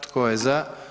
Tko je za?